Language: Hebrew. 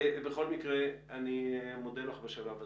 בכל מקרה, אני מודה לך בשלב הזה.